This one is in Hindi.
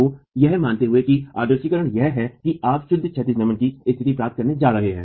तो यह मानते हुए कि आदर्शीकरण यह है की आप शुद्ध क्षैतिज नमन की स्थिति प्राप्त करने जा रहे हैं